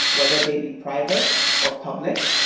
whether they be private or public,